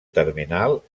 termenal